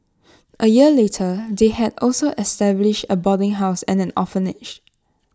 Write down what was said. A year later they had also established A boarding house and an orphanage